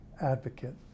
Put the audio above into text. advocate